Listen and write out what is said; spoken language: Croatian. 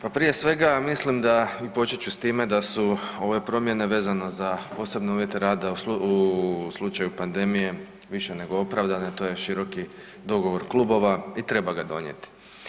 Pa prije svega mislim da i počet ću s time da su ove promjene vezano za posebne uvjete rada u slučaju pandemije više nego opravdane, to je široki dogovor klubova i treba ga donijeti.